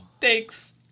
thanks